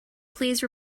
please